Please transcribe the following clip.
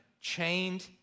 chained